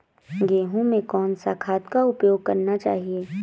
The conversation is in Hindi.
गेहूँ में कौन सा खाद का उपयोग करना चाहिए?